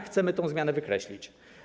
Chcemy tę zmianę wykreślić.